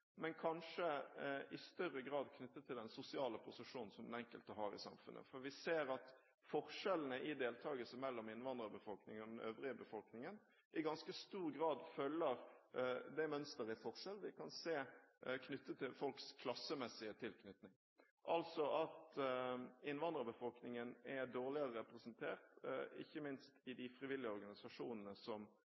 men kanskje i større grad knyttet til den sosiale posisjonen som den enkelte har i samfunnet. For vi ser at forskjellene i deltakelse mellom innvandrerbefolkningen og den øvrige befolkningen i ganske stor grad følger det mønsteret i forskjell vi kan se knyttet til folks klassemessige tilhørighet, altså at innvandrerbefolkningen er dårligere representert, ikke minst i de frivillige organisasjonene som